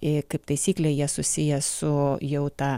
ir kaip taisyklė jie susiję su jau ta